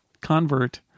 convert